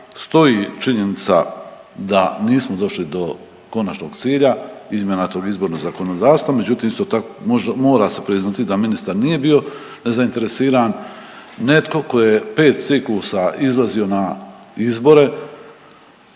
Stoji činjenica da nismo došli do konačnog cilja izmjena tog izbornog zakonodavstva međutim isto tako mora se priznati da ministar nije bio nezainteresiran. Netko tko je 5 ciklusa izlazio na izbore